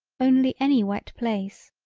only any wet place,